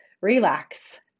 relax